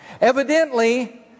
Evidently